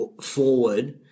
forward